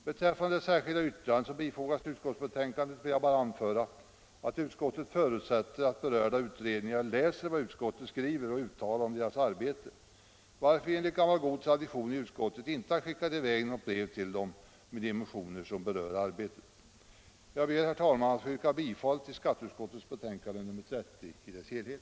Beträffande det särskilda yttrande som fogats till utskottets betänkande vill jag bara anföra att utskottet förutsätter att berörda utredningar läser vad utskottet skriver och uttalar om deras arbete, varför vi enligt gammal tradition i utskottet inte har skickat i väg något brev till dem med de motioner som berör arbetet. Jag ber, herr talman, att få yrka bifall till skatteutskottets hemställan i betänkandet nr 30 i dess helhet.